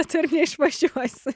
ir neišvažiuosi